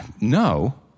No